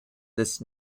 this